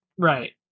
Right